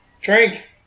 Drink